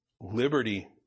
liberty